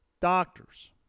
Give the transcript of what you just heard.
doctors